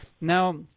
Now